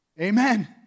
Amen